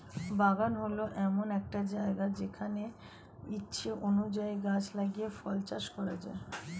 বাগান হল এমন একটা জায়গা যেখানে ইচ্ছা অনুযায়ী গাছ লাগিয়ে ফল চাষ করা যায়